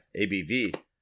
ABV